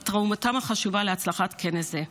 על תרומתם החשובה להצלחת כנס זה.